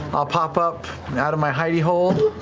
i'll pop up out of my hidey hole.